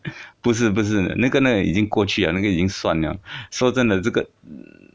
不是不是那个那已经过去了那个已经算了说真的这